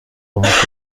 قبول